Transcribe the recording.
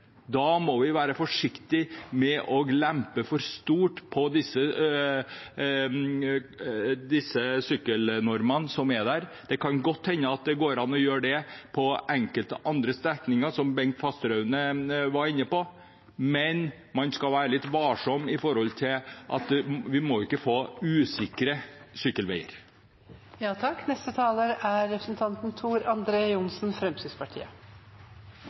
må vi være forsiktige med å lempe for mye på de sykkelnormene vi har. Det kan godt hende det går an å gjøre det på enkelte strekninger, som representanten Bengt Fasteraune var inne på, men man skal være litt varsom – vi må ikke få usikre sykkelveier. Jeg kan ikke la tvangssyklingskommentaren til representanten